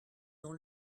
dans